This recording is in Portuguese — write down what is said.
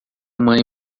mãe